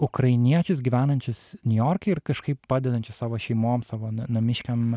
ukrainiečius gyvenančius niujorke ir kažkaip padedančius savo šeimom savo namiškiam